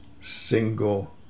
single